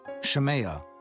Shemaiah